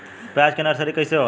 प्याज के नर्सरी कइसे होला?